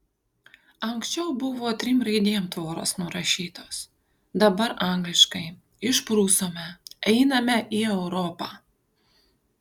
anksčiau buvo trim raidėm tvoros nurašytos dabar angliškai išprusome einame į europą